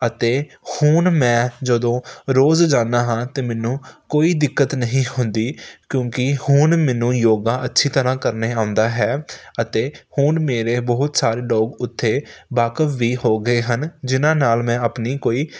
ਅਤੇ ਹੁਣ ਮੈਂ ਜਦੋਂ ਰੋਜ਼ ਜਾਨਾ ਹਾਂ ਤਾਂ ਮੈਨੂੰ ਕੋਈ ਦਿੱਕਤ ਨਹੀਂ ਹੁੰਦੀ ਕਿਉਂਕਿ ਹੁਣ ਮੈਨੂੰ ਯੋਗਾ ਅੱਛੀ ਤਰ੍ਹਾਂ ਕਰਨਾ ਆਉਂਦਾ ਹੈ ਅਤੇ ਹੁਣ ਮੇਰੇ ਬਹੁਤ ਸਾਰੇ ਲੋਕ ਉੱਥੇ ਵਾਕਫ ਵੀ ਹੋ ਗਏ ਹਨ ਜਿਹਨਾਂ ਨਾਲ ਮੈਂ ਆਪਣੀ ਕੋਈ